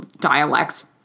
dialects